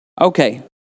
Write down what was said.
Okay